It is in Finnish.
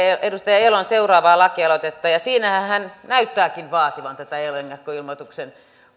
edustaja elon seuraavaa lakialoitetta ja siinähän hän näyttääkin vaativan tätä ennakkoilmoituksen